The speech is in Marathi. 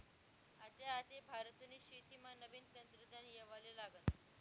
आते आते भारतनी शेतीमा नवीन तंत्रज्ञान येवाले लागनं